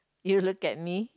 you look at me